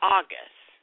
August